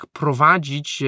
prowadzić